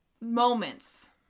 Moments